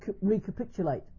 recapitulate